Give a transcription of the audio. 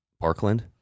Parkland